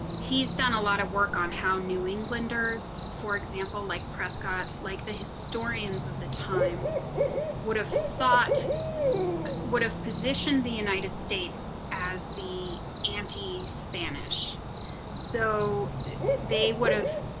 he's done a lot of work on how new englanders, for example, like prescott, like the historians of the time would have thought but would have positioned the united states as the anti spanish so they would have